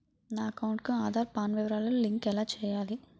నా అకౌంట్ కు ఆధార్, పాన్ వివరాలు లంకె ఎలా చేయాలి?